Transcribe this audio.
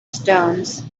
stones